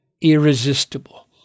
irresistible